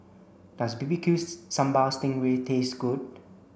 does B B Q's sambal sting ray taste good